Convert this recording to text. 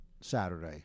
Saturday